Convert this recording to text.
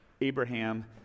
Abraham